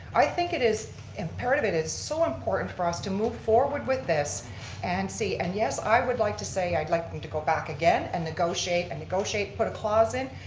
i think it is imperative, it is so important for us to move forward with this and see. and yes, i would like to say i'd like to go back again and negotiate and negotiate and put a clause in,